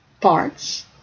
parts